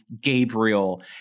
Gabriel